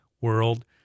world